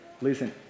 listen